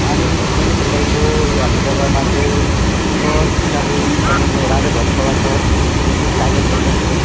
अनि यसमा चाहिँ तपाईँको यो हाम्रो जग्गामा चाहिँ फर्स्ट स्टार्टिङ तपाईँको राजा भातखावा छ जो कि टाइगर प्रोजेक्ट हो